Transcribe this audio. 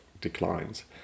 declines